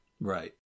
Right